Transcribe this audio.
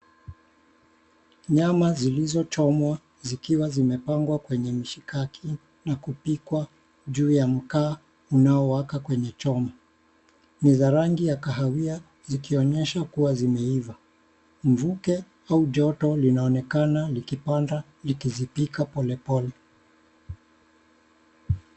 Nyama zilizochomwa zikiwa zimepangwa kwenye mshikaki na kupikwa juu ya mkaa unaowaka kwenye chombo. Ni za rangi ya kahawia zikionyesha kuwa zimeiva. Mvuke au joto linaonekana likipanda likizipika pole pole.